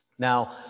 Now